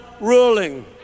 ruling